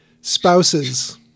Spouses